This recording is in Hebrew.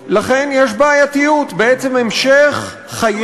לכן בהצעת החוק הזו יש בעייתיות,